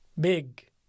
Big